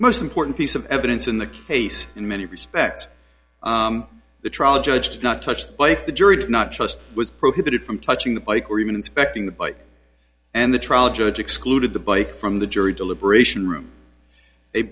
most important piece of evidence in the case in many respects the trial judge had not touched by the jury did not trust was prohibited from touching the bike or even inspecting the bike and the trial judge excluded the bike from the jury deliberation room